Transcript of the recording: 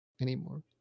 Anymore